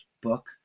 book